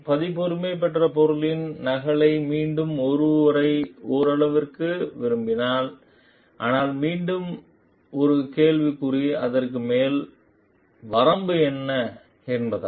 பதிப்புரிமை பெற்ற பொருளின் நகலை நீங்கள் ஒருவரை ஓரளவிற்கு விரும்பலாம் ஆனால் மீண்டும் ஒரு கேள்விக்குறி அதற்கு மேல் வரம்பு என்ன என்பதுதான்